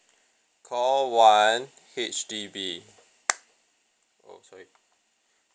call one H_D_B oh sorry